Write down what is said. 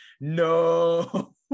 no